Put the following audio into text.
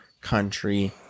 country